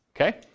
Okay